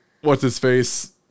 what's-his-face